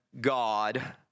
God